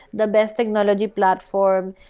the best technology platforms,